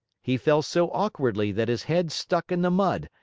he fell so awkwardly that his head stuck in the mud,